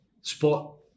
spot